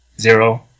Zero